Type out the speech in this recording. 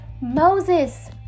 Moses